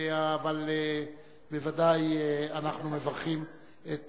אבל בוודאי אנחנו מברכים את